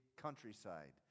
countryside